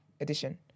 edition